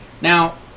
Now